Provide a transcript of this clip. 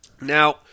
Now